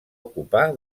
ocupar